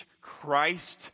Christ